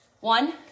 One